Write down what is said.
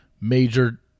major